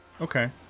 Okay